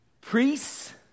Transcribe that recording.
priests